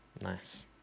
Nice